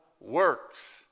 works